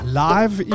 live